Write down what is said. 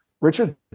Richard